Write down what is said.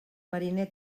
mariner